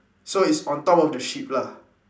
so it's on top of the sheep lah